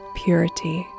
purity